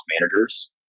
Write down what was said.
managers